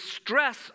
stress